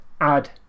add